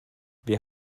wir